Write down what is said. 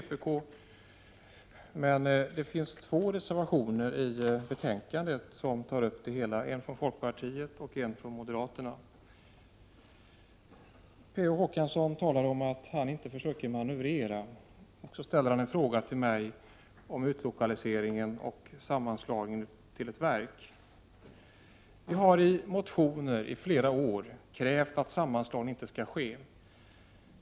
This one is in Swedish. Det finns emellertid i betänkandet två reservationer, där frågan tas upp, en reservation från folkpartiet och en från moderaterna. Per Olof Håkansson sade att han inte försöker manövrera. Därefter ställde han en fråga till mig om utlokaliseringen och sammanslagningen till ett verk. Vi har under flera år i motioner krävt att sammanslagning inte skall ske.